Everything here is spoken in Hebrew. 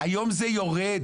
היום זה יורד.